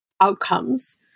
outcomes